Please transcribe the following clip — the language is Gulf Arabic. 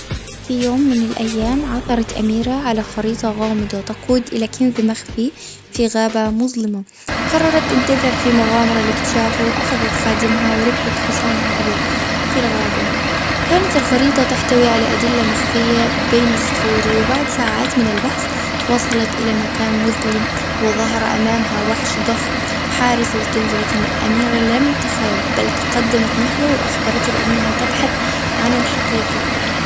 في يوم من الأيام، عثرت أميرة على خريطة غامضة تقود إلى كنز مخفي في غابة مظلمة. قررت أن تذهب في مغامرة لاكتشافه، وأخذت خادمها، وركبت حصانها الأبيض، في الغابة. كانت الخريطة تحتوي على أدلة مخفية بين الصخور. وبعد ساعات من البحث، وصلت إلى مكان مظلم، وظهر أمامها وحش ضخم، حارس الكنز. لكن الأميرة لم تخاف، بل تقدمت نحوه، وأخبرته بأنها تبحث عن الحقيقة.